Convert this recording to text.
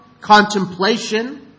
contemplation